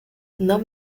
não